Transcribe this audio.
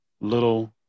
little